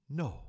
no